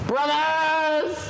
Brothers